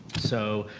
so,